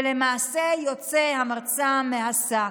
ולמעשה יוצא המרצע מן השק.